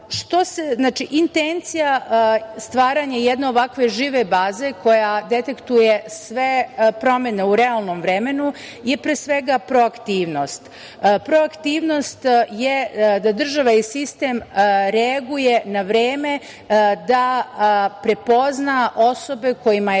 intencija stvaranja jedne ovakve žive baze koja detektuje sve promene u realnom vremenu je pre svega proaktivnost. Proaktivnost je da država i sistem reaguju na vreme, da prepoznaju osobe kojima je